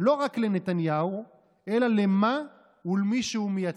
לא רק לנתניהו אלא למה ולמי שהוא מייצג,